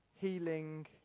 healing